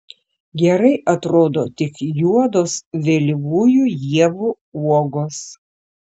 gerai atrodo tik juodos vėlyvųjų ievų uogos